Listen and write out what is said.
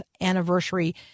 anniversary